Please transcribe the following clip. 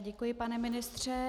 Děkuji, pane ministře.